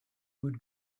would